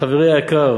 חברי היקר